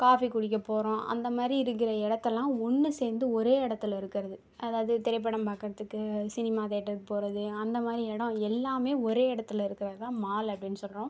coffee குடிக்க போகிறோம் அந்தமாதிரி இருக்கிற இடத்தலாம் ஒன்று சேர்ந்து ஒரே இடத்துல இருக்கிறது அதாவது திரைப்படம் பாக்கிறதுக்கு சினிமா தியேட்டருக்கு போகிறது அந்த மாதிரி இடம் எல்லாம் ஒரே இடத்துல இருக்கிறது தான் மால் அப்படினு சொல்கிறோம்